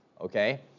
okay